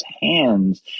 hands